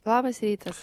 labas rytas